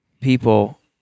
people